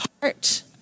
heart